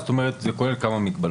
זאת אומרת שזה כולל כמה מגבלות.